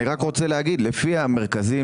אני רק רוצה להגיד שלפי המרכזים,